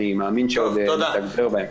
אני מאמין שעוד נתגבר בהמשך,